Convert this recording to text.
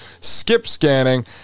skip-scanning